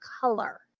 color